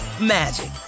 magic